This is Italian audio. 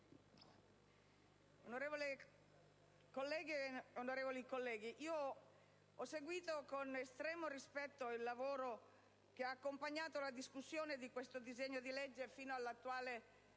onorevoli colleghi, ho seguito con estremo rispetto il lavoro che ha accompagnato la discussione di questo disegno di legge fino all'attuale